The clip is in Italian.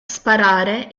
sparare